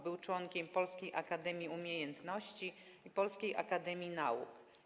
Był członkiem Polskiej Akademii Umiejętności i Polskiej Akademii Nauk.